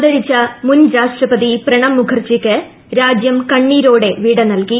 അന്തരിച്ച മുൻരാഷ്ട്രപതി പ്രണാബ് മുഖർജിക്ക് രാജ്യം കണ്ണീരോടെ വിട നൽകി